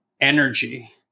energy